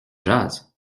jase